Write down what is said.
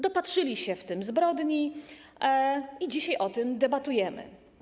Dopatrzyli się w tym zbrodni i dzisiaj o tym debatujemy.